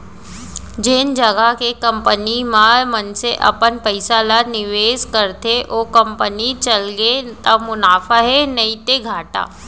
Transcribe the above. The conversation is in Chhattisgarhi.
जेन जघा के कंपनी म मनसे अपन पइसा ल निवेस करथे ओ कंपनी चलगे त मुनाफा हे नइते घाटा